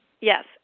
yes